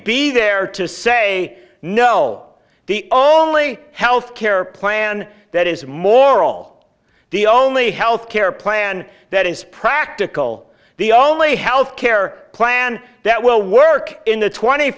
be there to say no the only health care plan that is moral the only health care plan that is practical the only health care plan that will work in the twenty